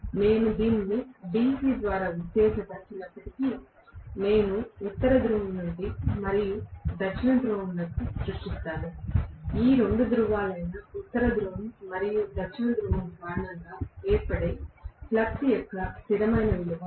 నేను దీనిని DC ద్వారా ఉత్తేజపరిచినప్పటికీ నేను ఉత్తర ధ్రువం మరియు దక్షిణ ధ్రువమును సృష్టిస్తాను ఈ రెండు ధ్రువాలైన ఉత్తర ధ్రువం మరియు దక్షిణ ధ్రువం కారణంగా ఏర్పడే ఫ్లక్స్ యొక్క స్థిరమైన విలువ